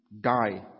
die